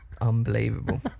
Unbelievable